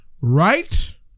right